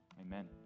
amen